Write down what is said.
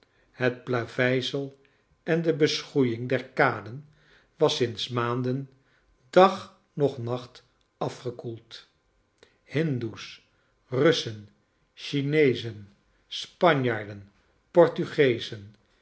het plaveisel en de beschoeiing der kaden was sinds maanden dag noch nacht afgekoeld hindoes ruscharles dickens kleine dorrit sen chineezen spanjaarden portni